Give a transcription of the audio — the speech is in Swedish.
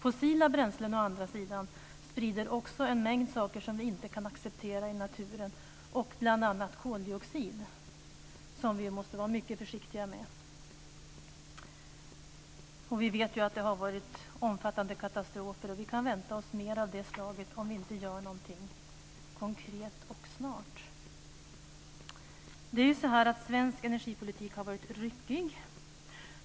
Fossila bränslen å andra sidan sprider också en mängd saker som vi inte kan acceptera i naturen, bl.a. koldioxid som vi måste vara mycket försiktiga med. Vi vet att det har varit omfattande katastrofer, och vi kan vänta oss mer av det slaget om vi inte gör någonting konkret och snart. Svensk energipolitik har varit ryckig.